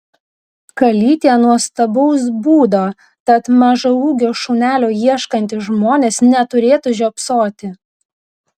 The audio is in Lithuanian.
kalytė nuostabaus būdo tad mažaūgio šunelio ieškantys žmonės neturėtų žiopsoti